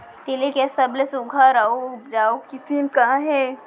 तिलि के सबले सुघ्घर अऊ उपजाऊ किसिम का हे?